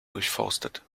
durchforstet